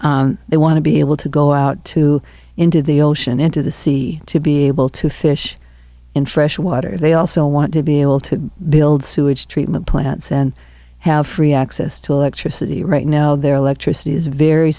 water they want to be able to go out to into the ocean into the sea to be able to fish in fresh water they also want to be able to build sewage treatment plants and have free access to electricity right now their electricity is very